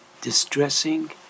distressing